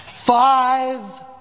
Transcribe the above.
Five